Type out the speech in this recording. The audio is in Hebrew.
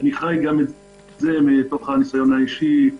חי את זה מהניסיון האישי שלי